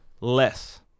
less